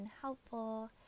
helpful